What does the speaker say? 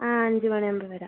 ആ അഞ്ച് മണി ആവുമ്പോൾ വരാം